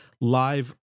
live